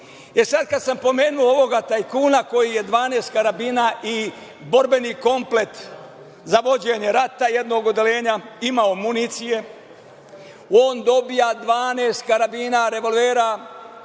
kada sam pomenuo ovog tajkuna koji je 12 karabina i borbeni komplet za vođenje rata jednog odeljenja, imao municije, on dobija 12 karabina, revolvera,